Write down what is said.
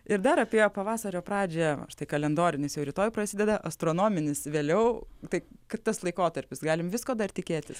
ir dar apie pavasario pradžią o štai kalendorinis jau rytoj prasideda astronominis vėliau tai kad tas laikotarpis galime visko dar tikėtis